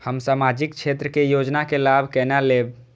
हम सामाजिक क्षेत्र के योजना के लाभ केना लेब?